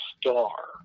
star